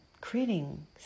creating